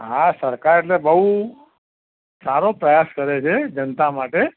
હા સરકાર એટલે બહુ રો પ્રયાસ કરે છે જનતા માટે